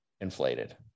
inflated